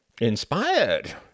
Inspired